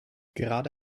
gerade